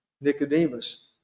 Nicodemus